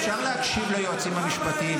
אפשר להקשיב ליועצים המשפטיים,